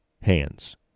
hands